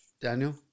Daniel